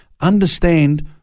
understand